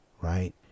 right